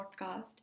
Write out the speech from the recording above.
podcast